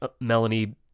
Melanie